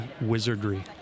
wizardry